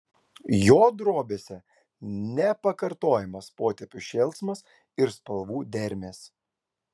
jo drobėse nepakartojamas potėpių šėlsmas ir spalvų dermės